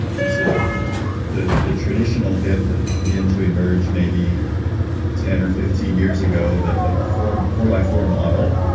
and so the the traditional hit that began to emerge maybe ten or fifteen years ago, the the four four by four model,